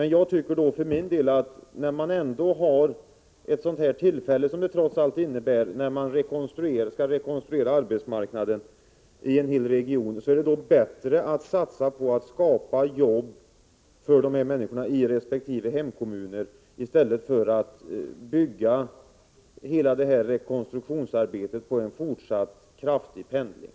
När man ändå har ett sådant tillfälle som det trots allt innebär när man skall rekonstruera arbetsmarknaden i en hel region, så är det enligt min mening bättre att satsa på att skapa jobb för dessa människor i resp. hemkommun i stället för att bygga hela rekonstruktionsarbetet på en fortsatt kraftig pendling.